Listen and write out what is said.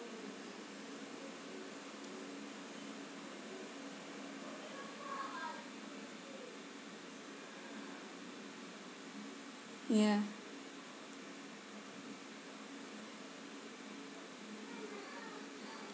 yeah